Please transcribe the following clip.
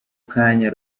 kanya